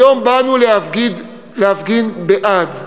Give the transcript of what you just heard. היום באנו להפגין בעד,